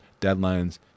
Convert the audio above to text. deadlines